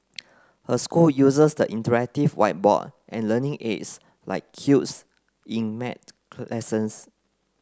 her school uses the interactive whiteboard and learning aids like cubes in maths lessons